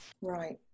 Right